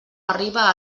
arriba